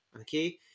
okay